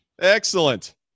Excellent